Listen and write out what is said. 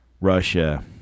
Russia